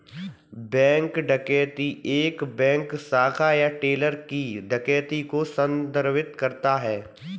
bank डकैती एक bank शाखा या टेलर की डकैती को संदर्भित करता है